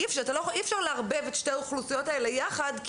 אי-אפשר לערבב את שתי האוכלוסיות האלה יחד,